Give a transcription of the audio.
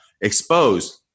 exposed